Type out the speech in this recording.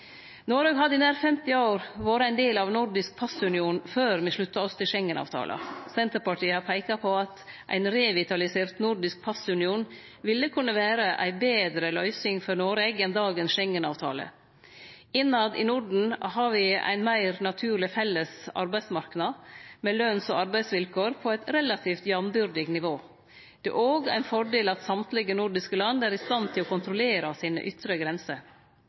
Noreg hadde i nær 50 år vore ein del av ein nordisk passunion, før me slutta oss til Schengen-avtalen. Senterpartiet har peika på at ein revitalisert nordisk passunion ville kunne vere ei betre løysing for Noreg enn dagens Schengen-avtale. Innetter i Norden har me ein meir naturleg felles arbeidsmarknad, med løns- og arbeidsvilkår på eit relativt jambyrdig nivå. Det er òg ein fordel at alle dei nordiske landa er i stand til å kontrollere sine ytre grenser.